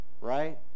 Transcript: right